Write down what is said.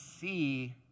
see